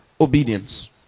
Obedience